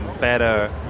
better